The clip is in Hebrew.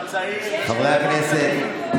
חברי הכנסת.